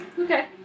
Okay